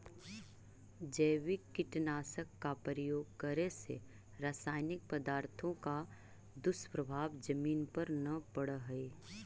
जैविक कीटनाशक का प्रयोग करे से रासायनिक पदार्थों का दुष्प्रभाव जमीन पर न पड़अ हई